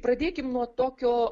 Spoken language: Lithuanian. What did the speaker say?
pradėkim nuo tokio